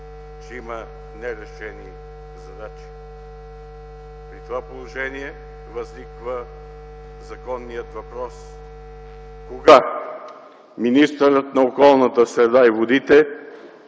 че има нерешени задачи. При това положение възниква законният въпрос кога министърът на околната среда и водите